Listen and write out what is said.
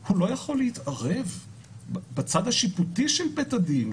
הוא לא יכול להתערב בצד השיפוטי של בית הדין,